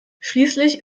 schließlich